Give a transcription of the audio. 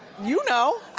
you know?